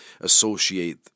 associate